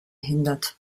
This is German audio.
hindert